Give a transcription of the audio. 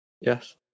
Yes